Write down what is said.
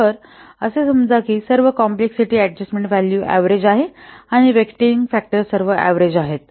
तर आणि असे समजा की सर्व कॉम्प्लेक्सिटी अडजस्टमेन्ट व्हॅल्यू ऍव्हरेज आहे आणि वेटिंग फॅक्टर्स सर्व ऍव्हरेज आहेत